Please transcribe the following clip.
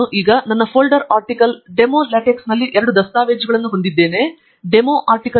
ನಾನು ಈಗ ನನ್ನ ಫೋಲ್ಡರ್ ಆರ್ಟಿಕಲ್ ಡೆಮೋಲಾಟೆಕ್ಸ್ನಲ್ಲಿ ಎರಡು ದಸ್ತಾವೇಜುಗಳನ್ನು ಹೊಂದಿದ್ದೇವೆ ಡೆಮೊ ಆರ್ಟಿಕಲ್